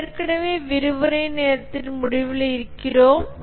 நாம் ஏற்கனவே விரிவுரை நேரத்தின் முடிவில் இருக்கிறோம்